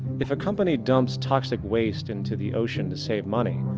if a company dumps toxic waste into the ocean to save money,